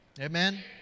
Amen